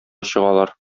чыгалар